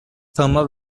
thermal